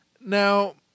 Now